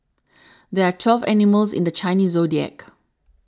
there are twelve animals in the Chinese zodiac